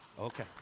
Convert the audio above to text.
Okay